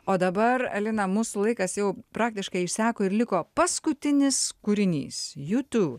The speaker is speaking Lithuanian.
o dabar elina mus laikas jau praktiškai išseko ir liko paskutinis kūrinys